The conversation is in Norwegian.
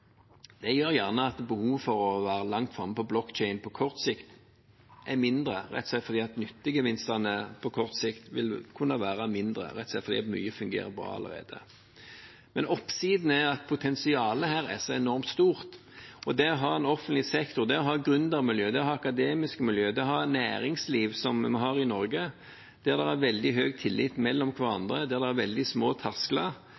Det gjør at vi i dag kan levere gode tjenester til innbyggerne. Det gjør at behovet for å være langt framme når det gjelder blockchain på kort sikt er mindre, rett og slett fordi nyttegevinstene på kort sikt vil kunne være mindre fordi mye fungerer bra allerede. Men oppsiden er at potensialet her er så enormt stort. En har offentlig sektor, en har gründermiljø, en har akademiske miljø, en har næringsliv, som vi har i Norge, med veldig høy tillit